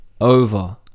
over